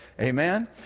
Amen